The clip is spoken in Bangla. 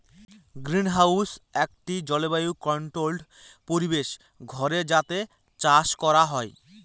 গ্রিনহাউস একটি জলবায়ু কন্ট্রোল্ড পরিবেশ ঘর যাতে চাষ করা হয়